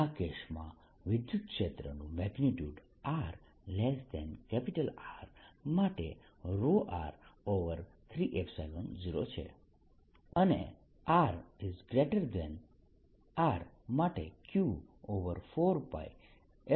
આ કેસમાં વિદ્યુતક્ષેત્રનું મેગ્નીટ્યુડ r R માટે r30 છે અને r R માટે Q4π0r2 છે